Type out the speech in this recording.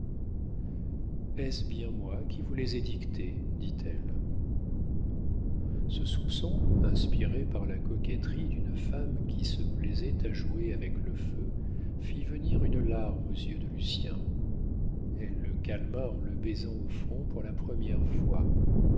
est-ce bien moi qui vous les ai dictés dit-elle ce soupçon inspiré par la coquetterie d'une femme qui se plaisait à jouer avec le feu fit venir une larme aux yeux de lucien elle le calma en le baisant au front pour la première fois